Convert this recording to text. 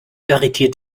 irritiert